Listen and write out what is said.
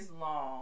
long